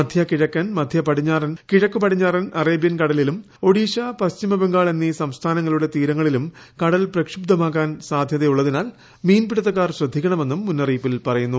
മധ്യ കിഴക്കൻ മധ്യ പടിഞ്ഞാറൻ കിഴക്ക് പടിഞ്ഞാറൻ അറേബ്യൻ കടലിലും ഒഡീഷ പശ്ചിമബംഗാൾ എന്നീ സംസ്ഥാനങ്ങളുടെ തീരങ്ങളിലും കടൽ പ്രക്ഷുബ്ധമാകാൻ സാധ്യതയുള്ളതിനാൽ മീൻപിടുത്തക്കാർ ശ്രദ്ധിക്കണമെന്നും മുന്നറിയിപ്പിൽ പറയുന്നു